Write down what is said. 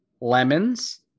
lemons